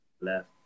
Left